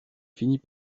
finit